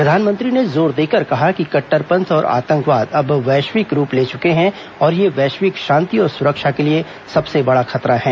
प्रधानमंत्री ने जोर देकर कहा कि कट्टरपंथ और आतंकवाद अब वैश्विक रूप ले चुके हैं और ये वैश्विक शांति और सुरक्षा के लिए सबसे बड़ा खतरा हैं